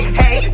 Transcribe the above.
hey